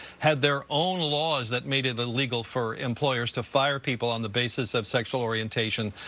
had their own laws that made it illegal for employers to fire people on the basis of sexual orientation,